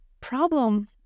problem